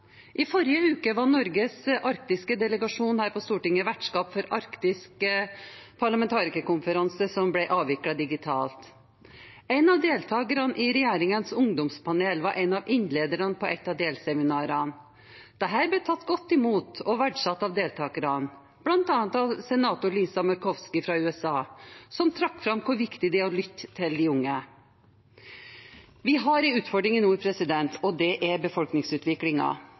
I forrige uke var Norges arktiske delegasjon her på Stortinget vertskap for arktisk parlamentarikerkonferanse som ble avviklet digitalt. En av deltakerne i regjeringens ungdomspanel var en av innlederne på et av delseminarene. Dette ble tatt godt imot og verdsatt av deltakerne, bl.a. av senator Lisa Murkowski fra USA, som trakk fram hvor viktig det er å lytte til de unge. Vi har en utfordring i nord, og det er